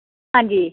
हां जी